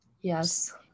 Yes